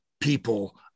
people